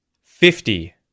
Fifty